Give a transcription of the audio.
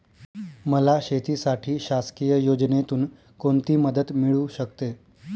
मला शेतीसाठी शासकीय योजनेतून कोणतीमदत मिळू शकते?